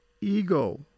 ego